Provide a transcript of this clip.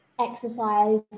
exercise